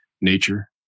nature